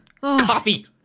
coffee